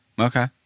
okay